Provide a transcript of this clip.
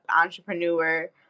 entrepreneur